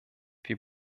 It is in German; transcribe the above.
wir